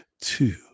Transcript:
two